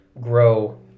grow